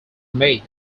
made